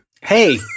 Hey